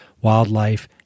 wildlife